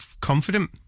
confident